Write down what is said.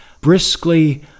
briskly